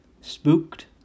spooked